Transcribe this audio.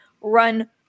run